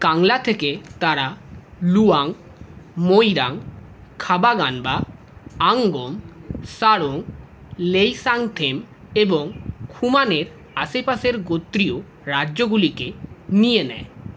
কাংলা থেকে তারা লুওয়াং মোইরাং খাবা গানবা আঙ্গোম সারং লেইশাংথেম এবং খুমানের আশেপাশের গোত্রীয় রাজ্যগুলিকে নিয়ে নেয়